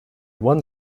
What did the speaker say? one